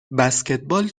بسکتبال